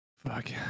Fuck